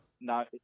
No